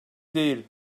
değil